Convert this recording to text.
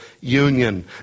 union